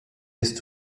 ist